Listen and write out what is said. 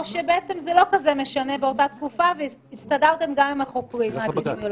או שזה לא כזה משנה באותה תקופה והסתדרתם עם החוקרים האפידמיולוגים?